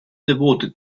devoted